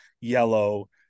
yellow